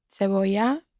cebolla